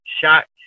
Shocked